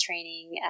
Training